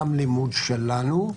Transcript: גם לימוד שלנו.